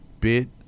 bid